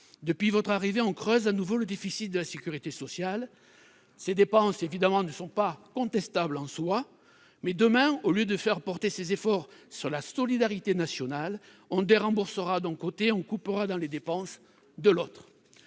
Depuis votre arrivée aux affaires, on creuse de nouveau le déficit de la sécurité sociale. Ces dépenses ne sont pas contestables en soi, mais demain, au lieu de faire porter les efforts sur la solidarité nationale, on déremboursera d'un côté, on coupera dans les dépenses de l'autre.